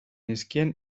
nizkien